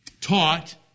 taught